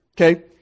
Okay